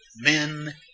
Men